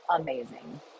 amazing